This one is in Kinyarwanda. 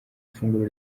ifunguro